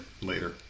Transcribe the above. later